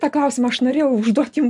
tą klausimą aš norėjau užduot jum